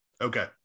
Okay